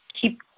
keep